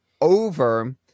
over